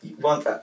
one